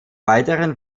weiteren